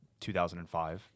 2005